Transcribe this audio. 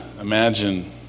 imagine